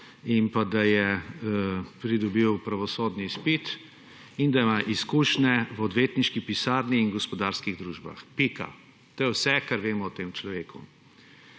in pa, da je pridobil pravosodni izpit in da ima izkušnje v odvetniški pisarni in gospodarskih družbah. Pika. To je vse, kar vemo o tem človeku.